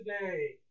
today